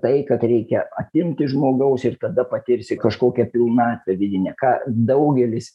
tai kad reikia atimt iš žmogaus ir tada patirsi kažkokią pilnatvę vidinę ką daugelis